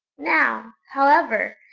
now, however,